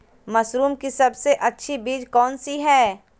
Mushroom की सबसे अच्छी बीज कौन सी है?